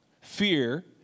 fear